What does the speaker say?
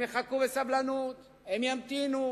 הם יחכו בסבלנות, הם ימתינו.